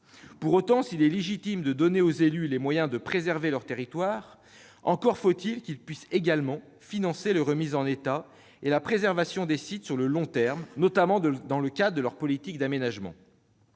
Pour autant, s'il est légitime de donner aux élus les moyens de préserver leur territoire, encore faut-il qu'ils puissent également financer les remises en état et la préservation des sites sur le long terme, notamment dans le cadre de leur politique d'aménagement.